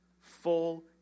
Full